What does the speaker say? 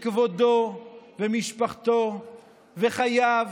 כבודו, משפחתו וחייו